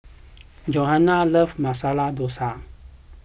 Johannah loves Masala Dosa